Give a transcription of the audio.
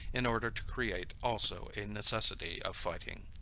in order to create also a necessity of fighting.